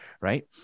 Right